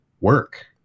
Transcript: work